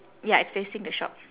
ya it's facing the shop